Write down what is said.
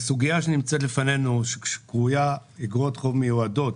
הסוגיה שנמצאת לפנינו שקרויה איגרות חוב מיועדות